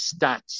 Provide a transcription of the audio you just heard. stats